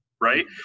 Right